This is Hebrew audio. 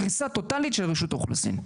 קריסה טוטאלית של רשות האוכלוסין.